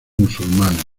musulmanes